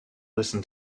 listen